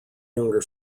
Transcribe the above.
younger